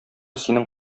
синең